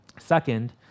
Second